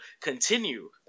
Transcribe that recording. continue